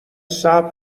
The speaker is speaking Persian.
صبر